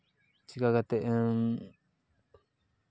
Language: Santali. ᱪᱮᱠᱟ ᱠᱟᱛᱮᱫ ᱮᱢ